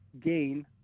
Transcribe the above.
gain